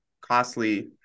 costly